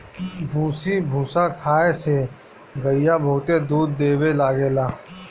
भूसी भूसा खाए से गईया बहुते दूध देवे लागेले